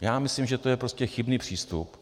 Já myslím, že to je prostě chybný přístup.